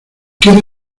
quiere